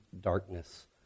darkness